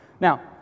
Now